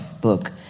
book